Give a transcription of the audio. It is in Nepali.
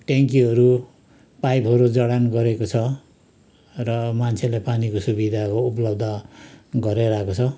टेङ्कीहरू पाइपहरू जडान गरेको छ र मान्छेले पानीको सुविधा उपलब्ध गराइरहेको छ